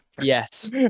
Yes